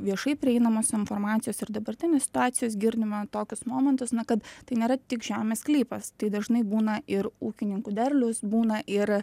viešai prieinamos informacijos ir dabartinės situacijos girdime tokius momentus na kad tai nėra tik žemės sklypas tai dažnai būna ir ūkininkų derlius būna ir